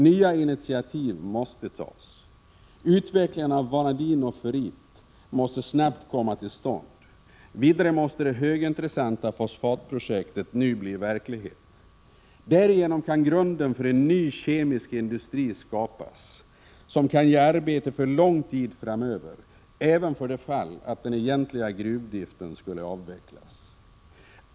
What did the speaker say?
Nya initiativ måste tas. Utvecklingen av vanadin och ferrit måste snabbt komma till stånd. Vidare måste det högintressanta fosfatprojektet nu bli verklighet. Därigenom kan grunden för en ny kemisk industri skapas som kan ge arbete för lång tid framöver, även för det fall att den egentliga gruvdriften skulle avvecklas.